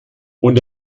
und